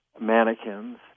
mannequins